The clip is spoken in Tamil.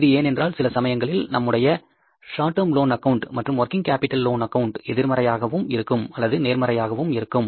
இது ஏனென்றால் சில சமயங்களில் நம்முடைய சார்ட் டேர்ம் லோன் அக்கவுண்ட் மற்றும் ஒர்கிங் கேப்பிடல் லோன் அக்கவுண்ட் எதிர்மறையாகவும் இருக்கும் அல்லது நேர்மையாகவும் இருக்கும்